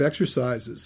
exercises